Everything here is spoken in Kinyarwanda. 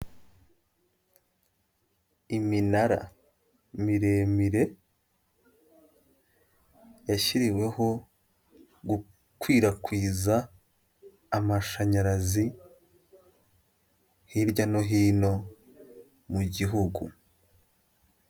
Iminara miremire yashyiriweho gukwirakwiza amashanyarazi hirya no hino mu gihugu.